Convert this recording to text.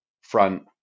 front